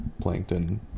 Plankton